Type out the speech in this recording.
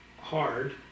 hard